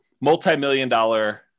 multi-million-dollar